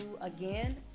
again